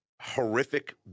horrific